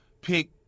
pick